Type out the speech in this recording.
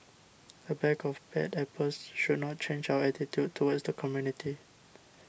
a bag of bad apples should not change our attitude towards the community